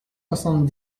soixante